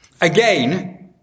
Again